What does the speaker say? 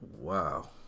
Wow